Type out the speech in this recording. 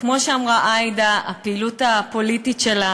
כמו שאמרה עאידה, הפעילות הפוליטית שלה